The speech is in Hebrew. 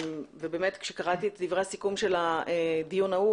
ובאמת כשקראתי את דברי הסיכום של הדיון ההוא